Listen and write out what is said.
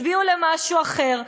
תצביעו למשהו אחר.